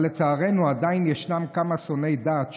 אבל לצערנו עדיין ישנם כמה שונאי דת,